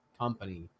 company